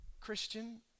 Christian